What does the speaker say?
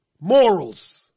morals